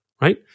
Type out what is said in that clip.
right